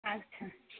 আচ্ছা আচ্ছা